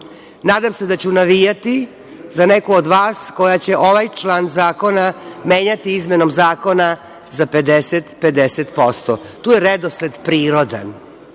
Nadam se da ću navijati za neku od vas koja će ovaj član zakona menjati izmenom zakona za 50-50 posto. Tu je redosled prirodan.